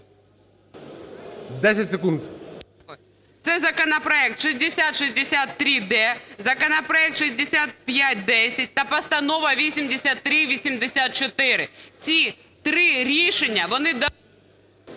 Н.Ю. Це законопроект 6063-д, законопроект 6510 та Постанова 8384. Ці три рішення, вони дадуть…